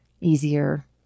easier